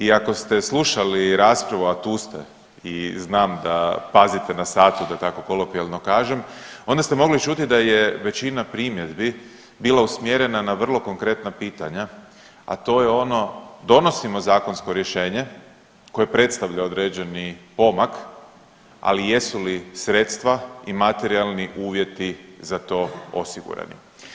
I ako ste slušali raspravu, a tu ste i znam da pazite na satu da tako kolokvijalno kažem, onda ste mogli čuti da je većina primjedbi bila usmjerena na vrlo konkretna pitanja, a to je ono donosimo zakonsko rješenje koje predstavlja određeni pomak, ali jesu li sredstva i materijalni uvjeti za to osigurani?